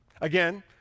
Again